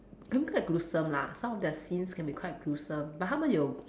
can be quite gruesome lah some of their scenes can be quite gruesome but 他们有